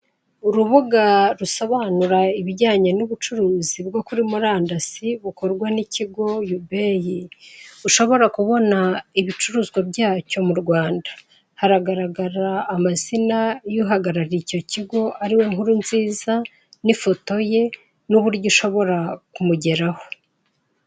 Urubuga rusobanura ibijyanye n'ubucuruzi bwo kuri murandasi, bukorwa n'ikigo Yubeyi. ushobora kubona ibicuruzwa byacyo mu Rwanda. Haragaragara amazina y'uhagarariye icyo kigo, ari we Nkurunziza n'ifoto ye n'uburyo ishobora kumugeraho.